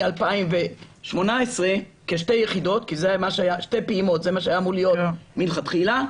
2018 כשתי פעימות כי זה מה שהיה אמור להיות מלכתחילה.